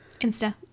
Insta